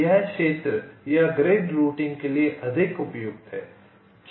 यह क्षेत्र या ग्रिड रूटिंग के लिए अधिक उपयुक्त है